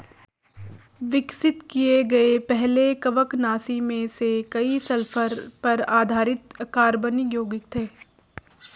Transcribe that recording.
विकसित किए गए पहले कवकनाशी में से कई सल्फर पर आधारित अकार्बनिक यौगिक थे